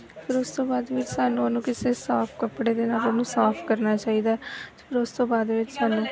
ਫਿਰ ਉਸ ਤੋਂ ਬਾਅਦ ਵਿੱਚ ਸਾਨੂੰ ਉਹਨੂੰ ਕਿਸੇ ਸਾਫ ਕੱਪੜੇ ਦੇ ਨਾਲ ਉਹਨੂੰ ਸਾਫ ਕਰਨਾ ਚਾਹੀਦਾ ਫਿਰ ਉਸ ਤੋਂ ਬਾਅਦ ਵਿੱਚ ਸਾਨੂੰ